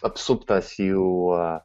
apsuptas jų